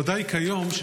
ודאי כיום.